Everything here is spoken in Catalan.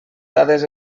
dades